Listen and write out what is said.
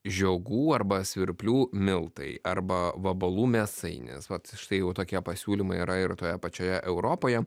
žiogų arba svirplių miltai arba vabalų mėsainis vat štai jau tokie pasiūlymai yra ir toje pačioje europoje